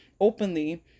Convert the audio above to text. openly